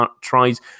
tries